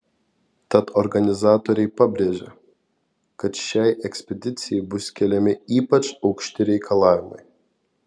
tad organizatoriai pabrėžia kad šiai ekspedicijai bus keliami ypač aukšti reikalavimai